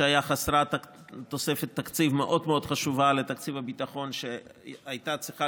שהייתה חסרה תוספת תקציב מאוד מאוד חשובה לתקציב הביטחון שהייתה צריכה